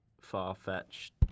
far-fetched